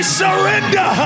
surrender